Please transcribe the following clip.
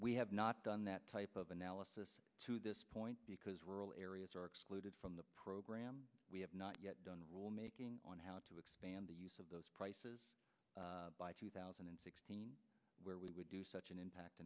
we have not done that type of analysis to this point because rural areas are excluded from the program we have not yet done will making on how to expand the use of those prices by two thousand and sixteen where we would do such an impact